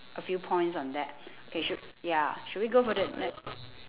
a few points on that K should ya should we go for the ne~